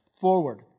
forward